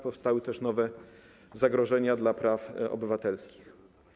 Powstały też nowe zagrożenia dla praw obywatelskich.